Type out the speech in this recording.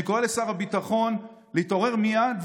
אני קורא לשר הביטחון להתעורר מייד,